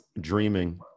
dreaming